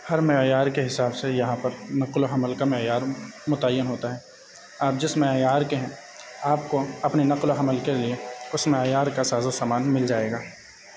ہر معیار کے حساب سے یہاں پر نقل و حمل کا معیار متعین ہوتا ہے آپ جس معیار کے ہیں آپ کو اپنے نقل و حمل کے لیے اس معیار کا ساز و سامان مل جائے گا